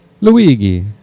Luigi